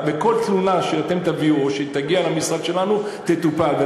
כל תלונה שאתם תביאו או שתגיע למשרד שלנו, תטופל.